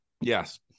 Yes